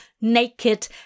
naked